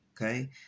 Okay